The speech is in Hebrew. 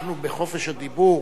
אנחנו בחופש הדיבור,